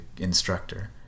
instructor